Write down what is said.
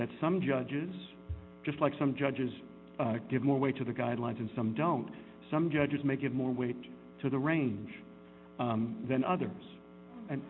that some judges just like some judges give more weight to the guidelines and some don't some judges may give more weight to the range than others and